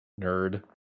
Nerd